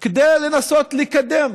כדי לנסות לקדם